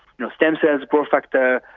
you know stem cells, growth factor,